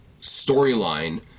storyline